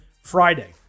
Friday